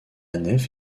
nef